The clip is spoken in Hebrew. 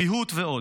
ריהוט ועוד.